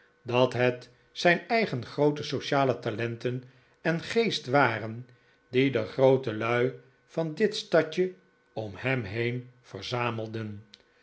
dat het zijn eigen groote sociale talenten en geest waren die de grootelui van dit stadje om hem heen verzamelden